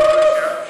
אוה,